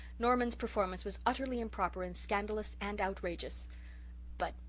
norman's performance was utterly improper and scandalous and outrageous but,